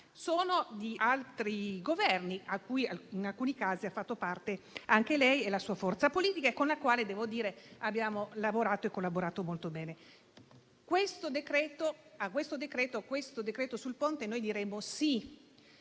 sono di altri Governi, di cui, in alcuni casi, avete fatto parte anche lei e la sua forza politica, con la quale devo riconoscere che abbiamo lavorato e collaborato molto bene. A questo decreto sul Ponte noi diremo sì.